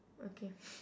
okay